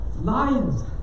Lions